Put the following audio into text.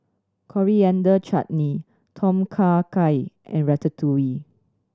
Coriander Chutney Tom Kha Gai and Ratatouille